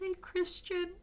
Christian